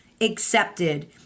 accepted